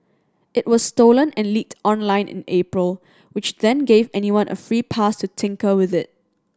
it was stolen and leaked online in April which then gave anyone a free pass to tinker with it